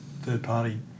third-party